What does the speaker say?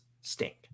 stink